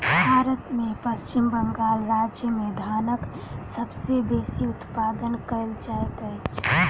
भारत में पश्चिम बंगाल राज्य में धानक सबसे बेसी उत्पादन कयल जाइत अछि